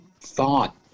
thought